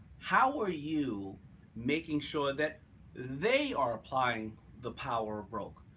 how are you making sure that they are applying the power of broke?